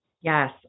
Yes